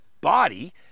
body